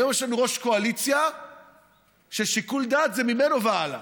היום יש לנו יושב-ראש קואליציה ששיקול הדעת ממנו והלאה.